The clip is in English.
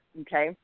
okay